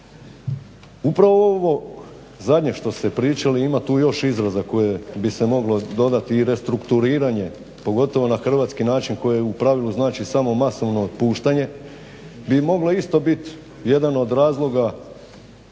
Upravo ovo zadnje što ste pričali ima tu još izraza koje bi se moglo dodati i restrukturiranje pogotovo na hrvatski način koje u pravilu znači samo masovno otpuštanje bi moglo isto bit jedan od razloga